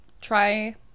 try